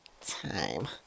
time